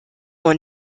ont